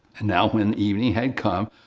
and now when evening had come,